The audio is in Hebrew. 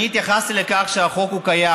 אני התייחסתי לכך שהחוק קיים,